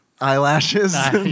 eyelashes